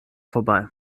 vorbei